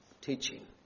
teaching